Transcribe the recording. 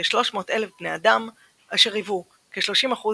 כ-300,000 בני אדם, אשר היוו 30%